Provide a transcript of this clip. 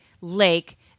lake